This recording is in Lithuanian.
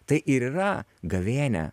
tai ir yra gavėnia